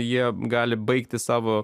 jie gali baigti savo